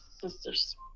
sisters